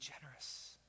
generous